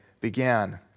Began